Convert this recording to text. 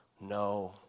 No